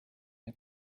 had